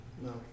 No